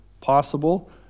possible